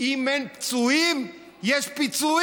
אם אין פצועים, יש פיצויים.